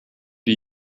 die